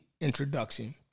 introduction